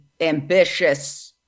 ambitious